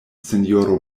sinjoro